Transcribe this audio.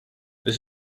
this